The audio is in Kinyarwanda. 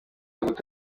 umuntu